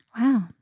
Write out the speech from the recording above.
Wow